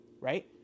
right